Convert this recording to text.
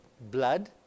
blood